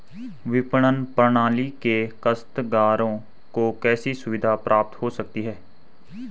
विपणन प्रणाली से काश्तकारों को कैसे सुविधा प्राप्त हो सकती है?